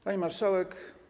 Pani Marszałek!